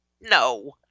No